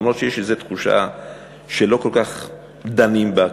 למרות שיש איזו תחושה שלא כל כך דנים בה,